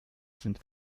sind